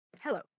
Hello